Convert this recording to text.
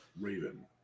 Raven